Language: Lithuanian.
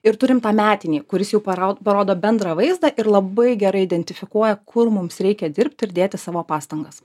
ir turim tą metinį kuris jų parau parodo bendrą vaizdą ir labai gerai identifikuoja kur mums reikia dirbt ir dėti savo pastangas